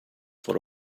for